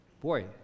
Boy